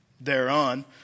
thereon